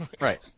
Right